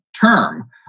term